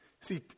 See